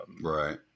right